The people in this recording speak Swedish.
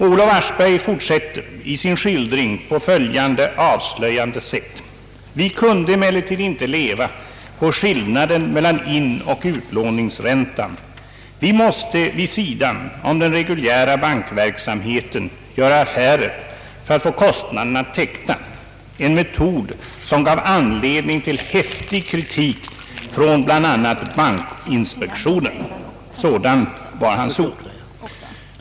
Olof Aschberg fortsätter sin skildring på följande avslöjande sätt: »Vi kunde emellertid inte leva på skillnaden mellan inoch utlåningsräntan, vi måste vid sidan av den reguljära bankverksamheten göra affärer för att få kostnaderna täckta, en metod som gav anledning till häftig kritik från bl.a. bankinspektionen.» Sådana är hans ord.